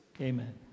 Amen